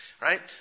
right